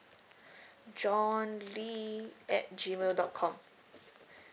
john lee at G mail dot com